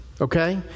okay